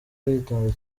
aritonda